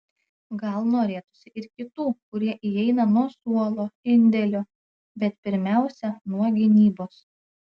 gal norėtųsi ir kitų kurie įeina nuo suolo indėlio bet pirmiausia nuo gynybos